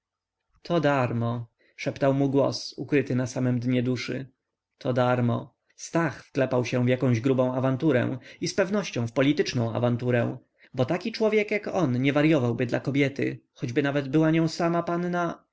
to darmo szeptał mu głos ukryty na samem dnie duszy to darmo stach wklepał się w grubą awanturę i zpewnością w polityczną awanturę bo taki człowiek jak on nie waryowałby dla kobiety choćby nawet była nią sama panna